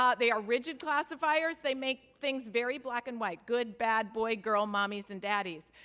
um they are rigid classifiers. they make things very black and white good, bad boy, girl mommies and daddies.